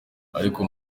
ariko